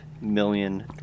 million